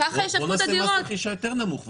בואו נקבע את הפטור יותר נמוך,